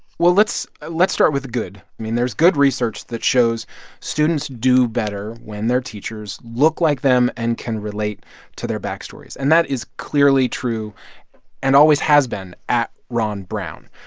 well, let's let's start with the good. i mean, there's good research that shows students do better when their teachers look like them and can relate to their backstories. and that is clearly true and always has been at ron brown.